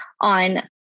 on